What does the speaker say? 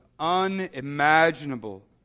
unimaginable